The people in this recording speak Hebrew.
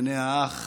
לעיני האח